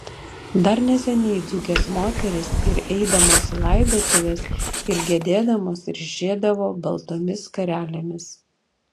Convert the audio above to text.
dar neseniai dzūkės moterys ir eidamos į laidotuves ir gedėdamos ryšėdavo baltomis skarelėmis